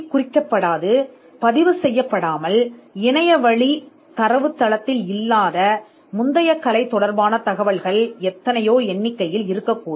குறியீட்டு அல்லது பதிவு செய்யப்படாத அல்லது தேடலுக்கான ஆன்லைன் தரவுத்தளத்தில் கிடைக்காத முந்தைய கலைப் பொருட்களின் எண்ணிக்கை இருக்கலாம்